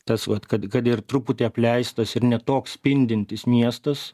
tas vat kad kad ir truputį apleistas ir ne toks spindintis miestas